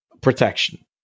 protection